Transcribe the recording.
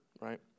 right